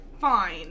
fine